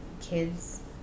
kids